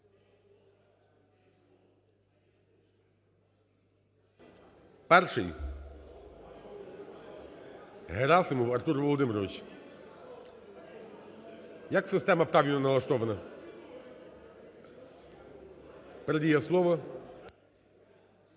Перший Герасимов Артур Володимирович. Як система правильно налаштована. Передає слово…